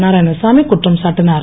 நாராயணசாமி குற்றம் சாட்டினார்